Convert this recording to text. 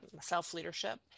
self-leadership